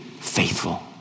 faithful